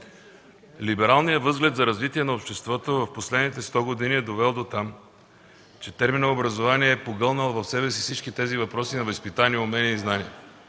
либералният възглед за развитие на обществото в последните 100 години е довел дотам, че терминът „образование” е погълнал в себе си всички тези въпроси на възпитание, умения и знания.